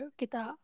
kita